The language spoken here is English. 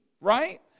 right